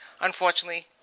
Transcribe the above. Unfortunately